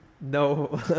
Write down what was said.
no